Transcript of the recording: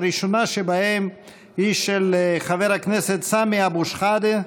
הראשונה שבהן היא של חבר הכנסת סמי אבו שחאדה.